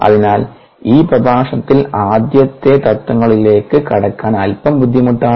അതിനാൽ ഈ പ്രഭാഷണത്തിൽ ആദ്യത്തെ തത്ത്വങ്ങളിലേക്ക് കടക്കാൻ അൽപ്പം ബുദ്ധിമുട്ടാണ്